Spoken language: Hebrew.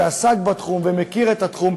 שעסק בתחום ומכיר את התחום,